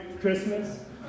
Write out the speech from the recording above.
Christmas